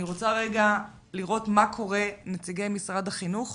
אני רוצה לראות עם נציגי משרד החינוך